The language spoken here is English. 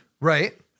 Right